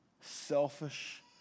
selfish